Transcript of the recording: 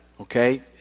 okay